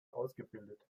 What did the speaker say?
ausgebildet